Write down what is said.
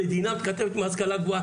המדינה מתכתבת עם ההשכלה הגבוהה,